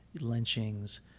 lynchings